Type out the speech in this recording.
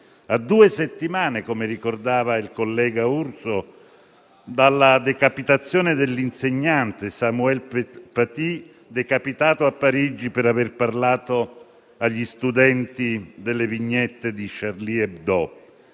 a due settimane - come ricordava il collega Urso - da quella dell'insegnante Samuel Paty, decapitato a Parigi per aver parlato agli studenti delle vignette di «Charlie Hebdo».